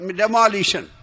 demolition